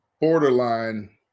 borderline